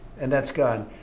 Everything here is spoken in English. and that's gone.